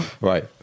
Right